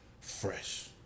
fresh